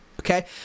Okay